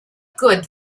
good